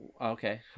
Okay